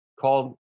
called